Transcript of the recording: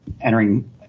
entering